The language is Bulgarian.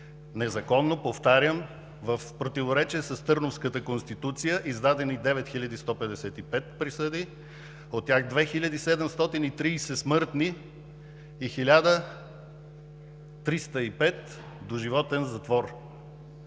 Незаконно, повтарям, в противоречие с Търновската конституция, издадени 9155 присъди, от тях 2730 смъртни и 1305 – доживотен затвор.